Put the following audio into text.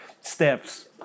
steps